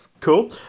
Cool